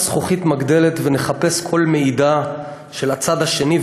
זכוכית מגדלת ונחפש כל מעידה של הצד השני,